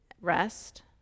rest